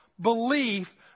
belief